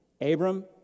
Abram